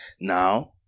Now